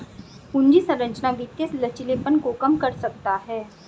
पूंजी संरचना वित्तीय लचीलेपन को कम कर सकता है